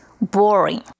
Boring